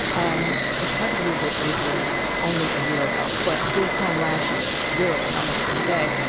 um it's hard to believe that it was only a year ago, but this time last year literally, almost to the day.